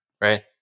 right